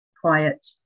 quiet